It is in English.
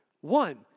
One